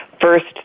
First